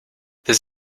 this